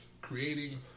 creating